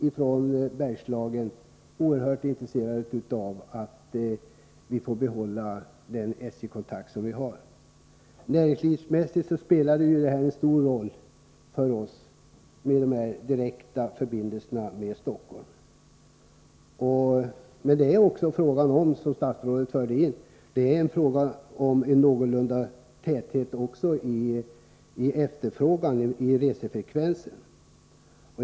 I Bergslagen är vi oerhört intresserade av att få behålla de SJ-förbindelser som vi har. Näringslivsmässigt spelar de direkta förbindelserna med Stockholm en stor roll. Men detta är också, som statsrådet var inne på, en fråga om resandefrekvensen, om hur stor efterfrågan är.